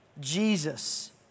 Jesus